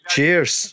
Cheers